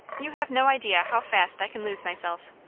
you have no idea how fast i can lose myself.